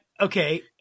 Okay